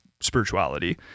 spirituality